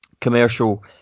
commercial